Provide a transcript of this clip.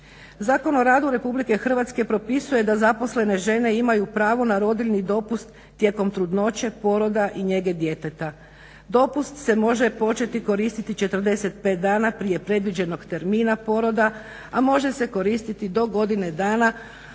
Zakon o radu RH propisuje da zaposlene žene imaju pravo na rodiljni dopust tijekom trudnoće, poroda i njege djeteta. Dopust se može početi koristiti 45 dana prije predviđenog termina poroda, a može se koristiti do godine dana